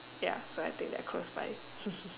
ya so I take that close by